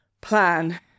plan